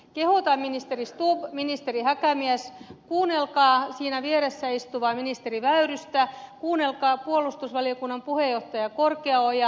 kehotan ministeri stubb ministeri häkämies kuunnelkaa siinä vieressä istuvaa ministeri väyrystä kuunnelkaa puolustusvaliokunnan puheenjohtaja korkeaojaa